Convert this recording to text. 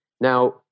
Now